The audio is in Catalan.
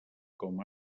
com